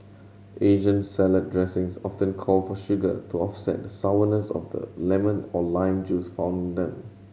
Asian salad dressings often call for sugar to offset the sourness of the lemon or lime juice found them